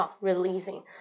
releasing